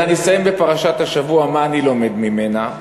ואני אסיים בפרשת השבוע ומה אני לומד ממנה,